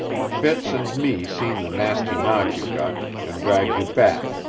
fitz and me seen the nasty knock you got, and dragged you back,